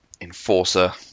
enforcer